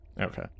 Okay